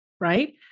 right